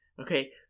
Okay